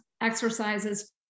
exercises